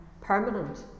permanent